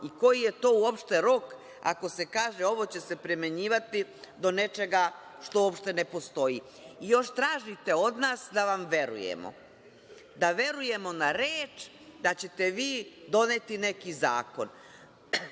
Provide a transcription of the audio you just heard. i koji je to uopšte rok ako se kaže ovo će se primenjivati do nečega što uopšte ne postoji. Još tražite od nas da vam verujemo. Da verujemo na reč da ćete vi doneti neki zakon. Kada